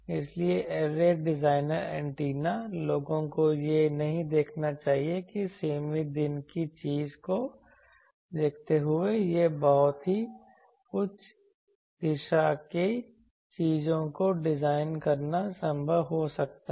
इसलिए array designer antenna लोगों को यह नहीं देखना चाहिए कि सीमित दिन की चीज़ को देखते हुए यह बहुत ही उच्च दिशा की चीजों को डिजाइन करना संभव हो सकता है